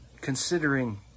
considering